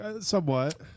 Somewhat